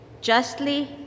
justly